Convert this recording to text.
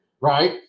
right